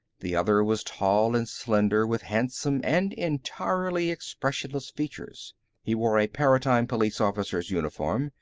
the other was tall and slender with handsome and entirely expressionless features he wore a paratime police officer's uniform,